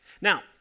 Now